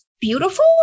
beautiful